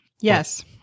Yes